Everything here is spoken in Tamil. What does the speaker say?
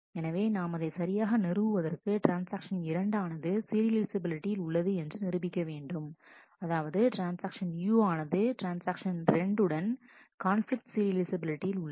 எனவே நாம் அதை சரியாக நிறுவுவதற்கு ட்ரான்ஸ்ஆக்ஷன் 2 ஆனது சீரியலைஃசபிலிட்டியில் உள்ளது என்று நிரூபிக்க வேண்டும் அதாவது ட்ரான்ஸ்ஆக்ஷன் U ஆனது ட்ரான்ஸ்ஆக்ஷன் 2 உடன் கான்பிலிக்ட் சீரியலைஃசபிலிட்டியில் உள்ளது